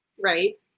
right